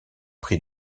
prix